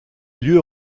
lieu